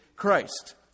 Christ